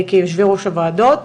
כיושבי-ראש הוועדות.